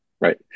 right